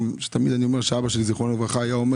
תמיד אני אומר שאבא שלי זיכרונו לברכה היה אומר